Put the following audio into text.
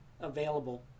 available